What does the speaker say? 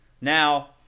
Now